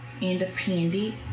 Independent